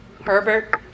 Herbert